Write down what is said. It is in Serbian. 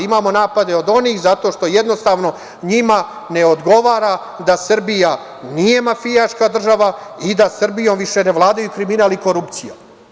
Imamo napade od onih zato što jednostavno njima ne odgovara da Srbija nije mafijaška država i da Srbijom više ne vladaju kriminal i korupcija.